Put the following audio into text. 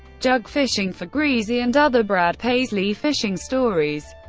jug fishing for greazy and other brad paisley fishing stories